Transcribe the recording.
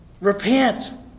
Repent